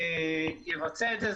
הוא יבצע את זה.